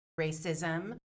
racism